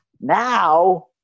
Now